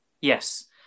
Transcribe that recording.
yes